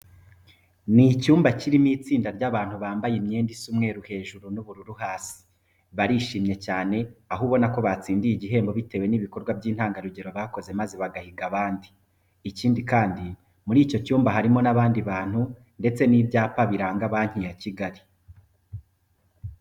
Ni icyumba kirimo itsinda ry'abantu bambaye imyenda isa umweru hejuru n'ubururu hasi. Barishimye cyane, aho ubona ko batsindiye igihembo bitewe n'ibikorwa by'intangarugero bakoze maze bagahiga abandi. Ikindi kandi, muri icyo cyumba harimo n'abandi bantu ndetse n'ibyapa biranga Banki ya Kigali.